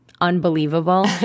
unbelievable